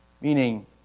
Meaning